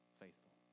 faithful